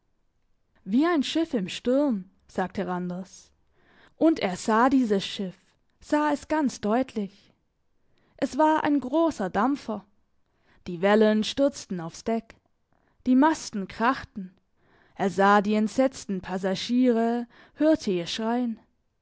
wie ein schiff im sturm sagte randers und er sah dieses schiff sah es ganz deutlich es war ein grosser dampfer die wellen stürzten aufs deck die masten krachten er sah die entsetzten passagiere hörte ihr schreien